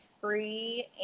free